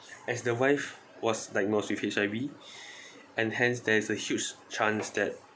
as the wife was diagnosed with H_I_V and hence there is a huge chance that